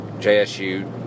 JSU